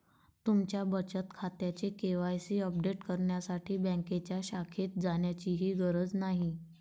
तुमच्या बचत खात्याचे के.वाय.सी अपडेट करण्यासाठी बँकेच्या शाखेत जाण्याचीही गरज नाही